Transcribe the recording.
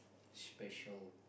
special